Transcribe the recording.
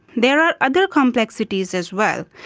there are other complexities as well,